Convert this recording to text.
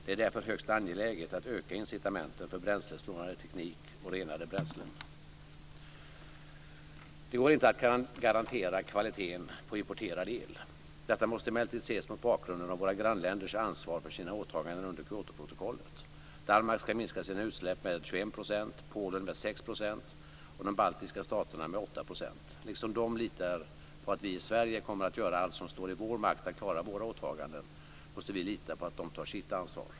Det är därför högst angeläget att öka incitamenten för bränslesnålare teknik och renare bränslen. Det går inte att garantera kvaliteten på importerad el. Detta måste emellertid ses mot bakgrund av våra grannländers ansvar för sina åtaganden under Kyotoprotokollet. Danmark ska minska sina utsläpp med 8 %. Liksom de litar på att vi i Sverige kommer att göra allt som står i vår makt för att klara våra åtaganden måste vi lita på att de tar sitt ansvar.